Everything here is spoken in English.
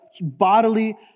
bodily